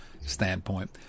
standpoint